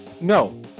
no